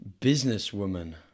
Businesswoman